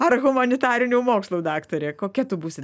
ar humanitarinių mokslų daktarė kokia tu būsi